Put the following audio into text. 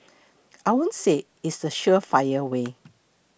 I won't say it's the surefire way